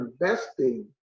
investing